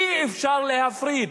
אי-אפשר להפריד.